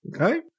okay